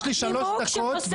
יש לי שלוש דקות, לא לצנזר אותי.